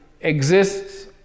exists